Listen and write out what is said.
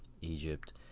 Egypt